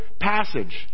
passage